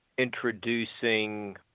introducing